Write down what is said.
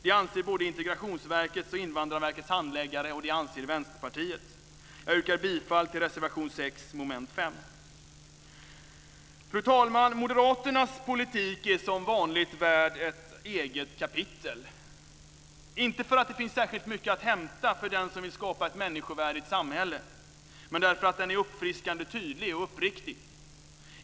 Det anser både Integrationsverkets och Invandrarverkets handläggare, och det anser Vänsterpartiet. Fru talman! Moderaternas politik är som vanligt värd ett eget kapitel - inte för att det finns särskilt mycket att hämta för den som vill skapa ett människovärdigt samhälle, men därför att den är uppfriskande tydlig och uppriktig.